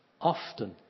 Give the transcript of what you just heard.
often